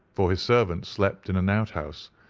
for his servants slept in an outhouse,